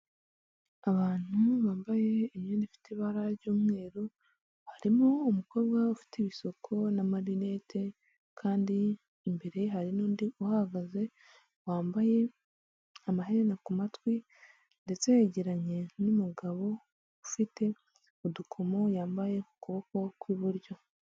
Abantu bambaye imyenda ifite ibara ry'umweru, harimo umukobwa ufite ibisuko n'amarinete, kandi imbere hari n'undi uhahagaze, wambaye amaherena ku matwi, ndetse yegeranye n'umugabo ufite udukomo yambaye ku kuboko kw'iburyo.